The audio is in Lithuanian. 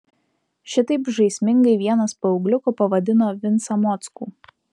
šitaip žaismingai vienas paaugliukų pavadino vincą mockų